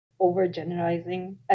overgeneralizing